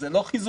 זה לא חיזוקה.